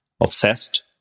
obsessed